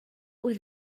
with